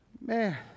man